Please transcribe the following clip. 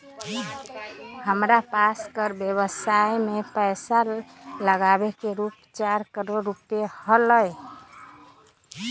हमरा पास कर व्ययवसाय में पैसा लागावे के रूप चार करोड़ रुपिया हलय